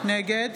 נגד